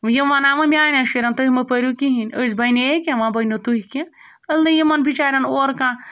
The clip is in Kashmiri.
یِم وَنان وۄنۍ میٛانٮ۪ن شُرٮ۪ن تُہۍ مہٕ پٔرِو کِہیٖنۍ أسۍ بَنیٚیا کینٛہہ وۄنۍ بٔنِو تُہۍ کینٛہہ ألٕے یِمَن بِچارٮ۪ن اورٕ کانٛہہ